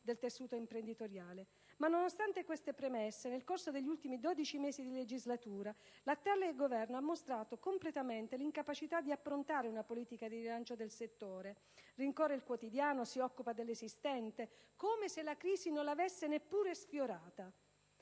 del tessuto imprenditoriale. Nonostante queste premesse, nel corso degli ultimi dodici mesi di legislatura il Governo ha mostrato completamente l'incapacità di approntare una politica di rilancio del settore: rincorre il quotidiano e si occupa dell'esistente, come se la crisi non l'avesse neppure sfiorato.